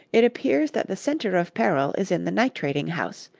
it appears that the center of peril is in the nitrating-house,